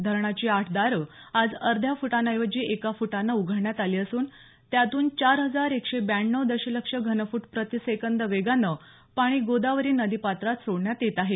धरणाची आठ दारं आज अर्ध्या फुटाऐवजी एका फुटानं उघडण्यात आली असून त्यातून चार हजार एकशे ब्याण्णव दशलक्ष घनफूट प्रतीसेकंद वेगानं पाणी गोदावरी नदी पात्रात सोडण्यात येत आहे